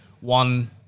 one